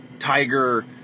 tiger